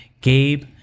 Gabe